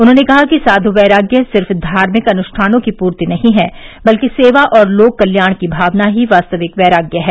उन्होंने कहा कि साधु वैराग्य सिर्फ़ धार्मिक अनुष्ठानों की पूर्ति नहीं है बल्कि सेवा और लोक कल्याण की भावना ही वास्तविक वैराग्य है